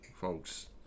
folks